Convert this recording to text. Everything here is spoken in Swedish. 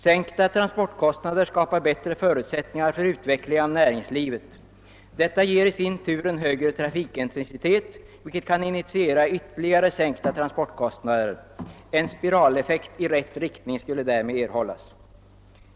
Sänkta transportkostnader skapar bättre förutsättningar för utveckling av näringslivet. Detta ger i sin tur en högre trafikintensitet, vilket kan initiera ytterligare sänkta transportkostnader. En spiraleffekt i rätt riktning skulle därmed erhållas.